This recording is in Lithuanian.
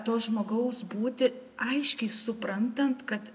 to žmogaus būti aiškiai suprantant kad